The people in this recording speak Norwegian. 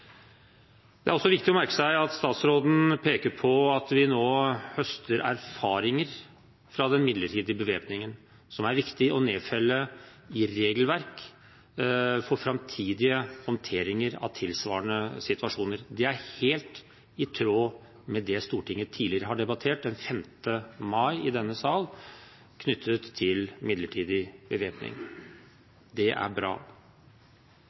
Det er også viktig å merke seg at statsråden peker på at vi nå høster erfaringer fra den midlertidige bevæpningen som det er viktig å nedfelle i regelverk for framtidige håndteringer av tilsvarende situasjoner. Det er helt i tråd med det Stortinget tidligere har debattert – den 5. mai i denne sal – knyttet til midlertidig bevæpning. Det er bra.